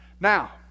Now